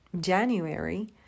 January